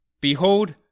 behold